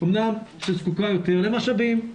אמנם שזקוקה יותר למשאבים,